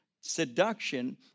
seduction